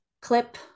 clip